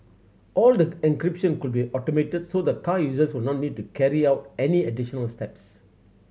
all the encryption could be automated so the car users would not need to carry out any additional steps